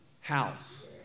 house